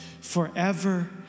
forever